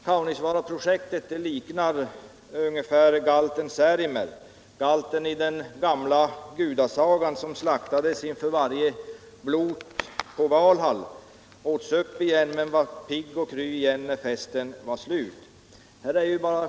Kaunisvaaraprojektet liknar galten Särimner, galten i den gamla gudasagan som slaktades inför varje blot på Valhall och åts upp men som var pigg och kry igen när festen var slut.